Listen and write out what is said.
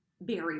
barrier